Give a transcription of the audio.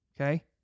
Okay